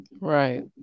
right